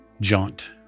jaunt